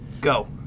go